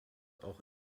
auch